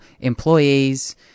employees